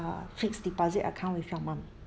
uh fixed deposit account with your mum